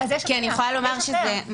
כי אני יכולה לומר שזה מרתיע.